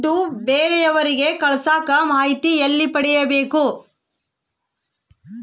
ದುಡ್ಡು ಬೇರೆಯವರಿಗೆ ಕಳಸಾಕ ಮಾಹಿತಿ ಎಲ್ಲಿ ಪಡೆಯಬೇಕು?